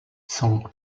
son